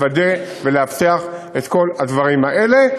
לוודא ולאבטח את כל הדברים האלה,